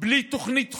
בלי תוכנית חומש.